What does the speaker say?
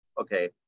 okay